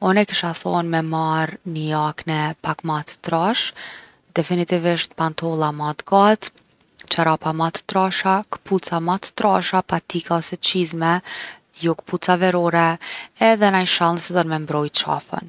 Une kisha thon me marr ni jakne pak ma t’trash, definitivisht pantolla ma t’gatë, çorapa ma t’trasha, kpuca ma t’trasha, patika ose qizme jo kpuca verore. Edhe naj shall nëse don me mbrojt qafën.